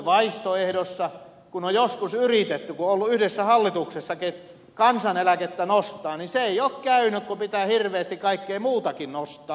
kun on joskus yritetty kun on oltu yhdessä hallituksessakin kansaneläkettä nostaa niin se ei ole käynyt kun pitää hirveästi kaikkea muutakin nostaa